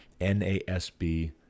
NASB